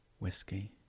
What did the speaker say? Whiskey